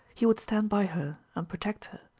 he would stand by her and protect her.